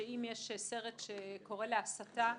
שאם יש סרט שקורא להסתה,